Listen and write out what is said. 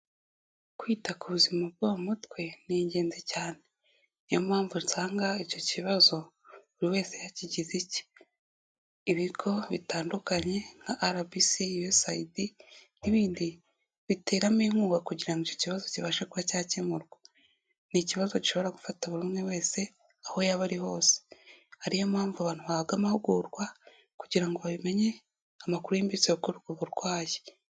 Kwita ku buzima bwo mu mutwe, ni ingenzi cyane. Niyompamvu usanga icyo kibazo buri wese yakigize icye, Ibigo bitandukanye nka rbc, usaid, n'ibindi, biteramo inkunga kugira ngo icyo kibazo kibashe kuba cyakemurwa. Ni ikibazo gishobora gufata buri umwe wese, aho yaba ari hose. Niyompamvu abantu bahabwa amahugurwa, kugira ngo babimenye amakuru yimbitse kuri ubwo burwayi.